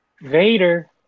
Vader